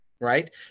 Right